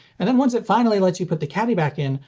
and then once it finally lets you put the caddy back in,